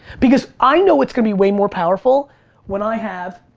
because i know it's gonna be way more powerful when i have